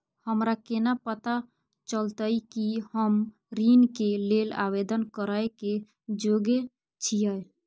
हमरा केना पता चलतई कि हम ऋण के लेल आवेदन करय के योग्य छियै?